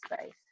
space